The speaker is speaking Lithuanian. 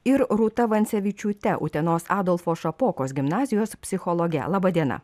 ir rūta vancevičiūte utenos adolfo šapokos gimnazijos psichologe laba diena